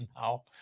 now